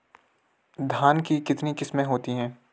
धान की कितनी किस्में होती हैं?